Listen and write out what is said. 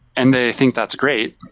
and they think that's great.